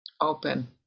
open